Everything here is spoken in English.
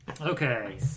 Okay